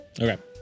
Okay